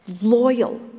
loyal